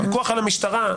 הפיקוח על המשטרה,